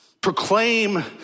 proclaim